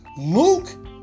Luke